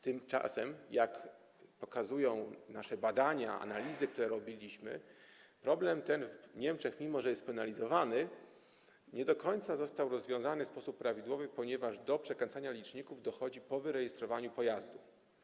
Tymczasem, jak pokazują nasze badania, analizy, które robiliśmy, ten problem w Niemczech, mimo że jest penalizowany, nie do końca został rozwiązany w sposób prawidłowy, ponieważ do przekręcania liczników dochodzi po wyrejestrowaniu pojazdów.